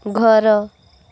ଘର